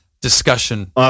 discussion